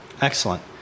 Excellent